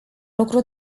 lucru